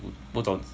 我不懂